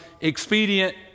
expedient